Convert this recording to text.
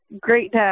great